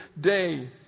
day